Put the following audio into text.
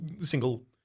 single